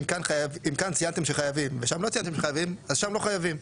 אם כאן ציינתם שחייבים ושם לא ציינתם שחייבים שם לא חייבים.